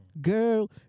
girl